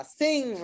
sing